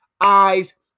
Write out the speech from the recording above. eyes